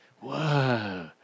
Whoa